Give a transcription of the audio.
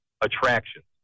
attractions